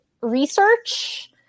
research